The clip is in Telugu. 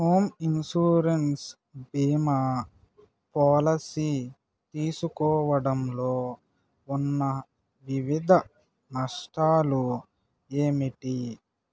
హోమ్ ఇన్సూరెన్స్ బీమా పాలసీ తీసుకోవడంలో ఉన్న వివిధ నష్టాలు ఏమిటి